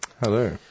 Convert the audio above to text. Hello